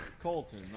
Colton